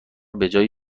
بجای